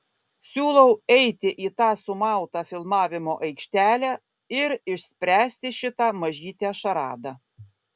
siūlau eiti į tą sumautą filmavimo aikštelę ir išspręsti šitą mažytę šaradą